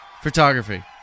photography